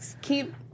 keep